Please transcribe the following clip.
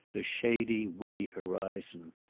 the shady woody horizon.